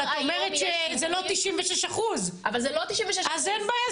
אבל את אומרת שזה לא 96%. אבל זה לא 96%. אין בעיה,